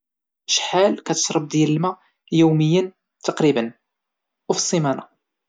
شحال كتشرب ديال الما يوميا وفالسيمانا تقريبا!؟